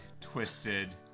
twisted